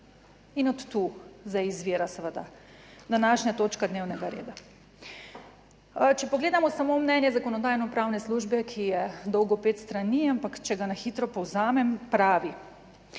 in od tu zdaj izvira seveda današnja točka dnevnega reda. Če pogledamo samo mnenje Zakonodajno-pravne službe, ki je dolgo pet strani, ampak če ga na hitro povzamem, pravi: